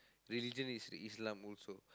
religion is Islam also